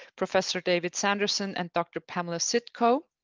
professor david sanderson and dr. pamela sitkoff. um,